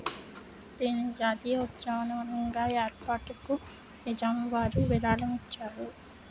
దీనిని జాతీయ ఉద్యానవనంగా ఏర్పాటుకు నిజాంవారు విరాళం ఇచ్చారు